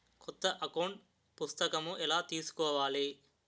కొత్త అకౌంట్ పుస్తకము ఎలా తీసుకోవాలి?